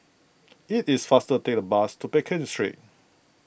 it is faster take the bus to Pekin Street